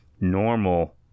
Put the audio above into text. Normal